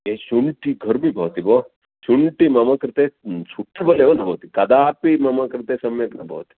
ये शुण्ठिघर्मिः भवति भो शुण्ठिः मम कृते सूटबल् एव न भवति कदापि मम कृते सम्यक् न भवति